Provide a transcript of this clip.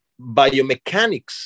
biomechanics